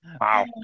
wow